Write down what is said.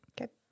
Okay